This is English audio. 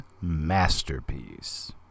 masterpiece